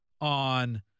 on